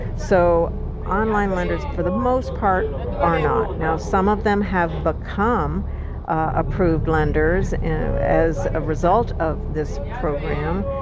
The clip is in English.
so online lenders for the most part are not. now, some of them have become approved lenders as a result of this program.